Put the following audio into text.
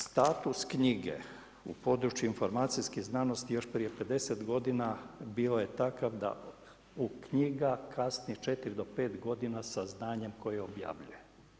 Status knjige u području informacijskih znanosti još prije 50 g. bio je takav da u knjiga kasni 4 do 5 g. sa znanjem koje objavljuje.